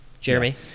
Jeremy